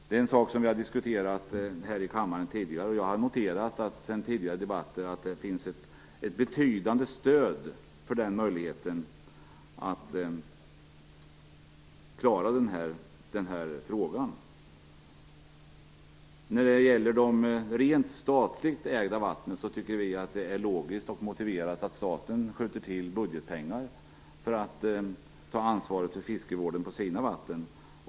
Detta är något vi har diskuterat här i kammaren tidigare, och jag har noterat att det finns ett betydande stöd för den här metoden. När det gäller de statligt ägda vattnen tycker vi att det är logiskt och motiverat att staten skjuter till budgetpengar för att ta ansvar för fiskevården på sina vatten.